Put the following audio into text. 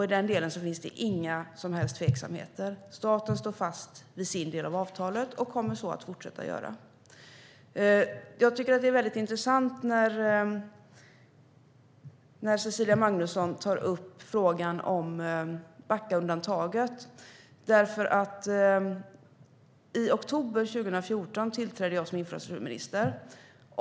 I den delen finns det inga som helst tveksamheter. Staten står fast vid sin del av avtalet och kommer så att fortsätta göra. Jag tycker att det är väldigt intressant när Cecilia Magnusson tar upp frågan om Backaundantaget. I oktober 2014 tillträdde jag som infrastrukturminister.